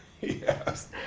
Yes